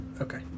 Okay